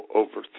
over